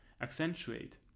accentuate